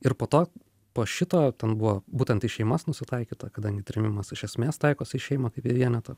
ir po to po šito ten buvo būtent į šeimas nusitaikyta kadangi trėmimas iš esmės taikosi į šeimą kaip į vienetą